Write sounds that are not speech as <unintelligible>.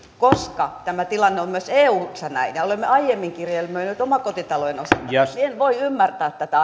koska tämä tilanne on myös eussa näin ja olemme aiemmin kirjelmöineet omakotitalojen osalta niin en voi ymmärtää tätä <unintelligible>